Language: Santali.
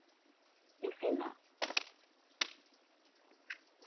ᱤᱥᱤᱱᱟ